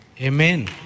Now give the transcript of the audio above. Amen